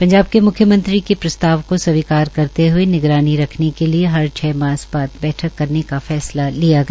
पंजाब के म्ख्यमंत्री के प्रस्ताव को स्वीकार करते हए निगरानी रखने के लिए हर छ मास बाद बैठक करने का फैसला लिया गया